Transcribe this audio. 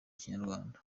kinyarwanda